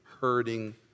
hurting